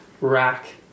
rack